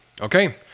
Okay